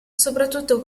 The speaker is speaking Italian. soprattutto